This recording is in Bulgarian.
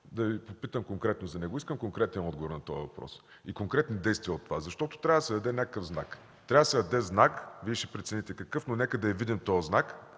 да Ви попитам конкретно по него. Искам конкретен отговор на този въпрос и конкретни действия от Вас, защото трябва да се даде някакъв знак. Трябва да се даде знак – Вие ще прецените какъв, но нека този знак